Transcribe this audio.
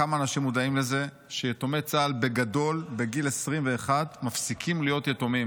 כמה אנשים מודעים לזה שיתומי צה"ל בגדול מפסיקים להיות יתומים